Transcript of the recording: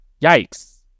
Yikes